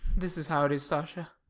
this is how it is, sasha